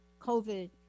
COVID